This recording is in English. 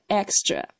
extra